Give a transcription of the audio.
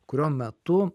kurio metu